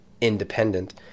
independent